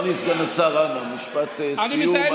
אדוני סגן השר, אנא משפט סיום.